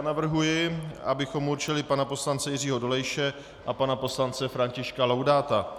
Navrhuji, abychom určili pana poslance Jiřího Dolejše a pana poslance Františka Laudáta.